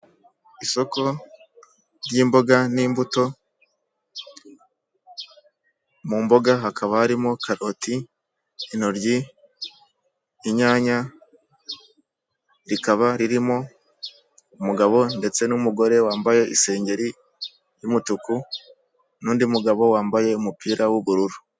Isoko ry'imboga n'imbuto, mu mboga hakaba harimo karoti, intoryi, inyanya, rikaba ririmo umugabo ndetse n'umugore wambaye isengeri y'umutuku, n'undi mugabo wambaye umupira w'ubururu.